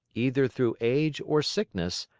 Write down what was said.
either through age or sickness,